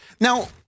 Now